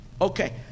Okay